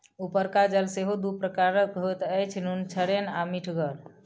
उपरका जल सेहो दू प्रकारक होइत अछि, नुनछड़ैन आ मीठगर